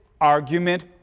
argument